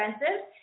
expensive